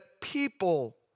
people